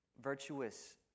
virtuous